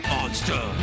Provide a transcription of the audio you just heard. Monster